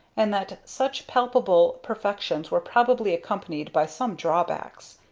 and that such palpable perfections were probably accompanied by some drawbacks.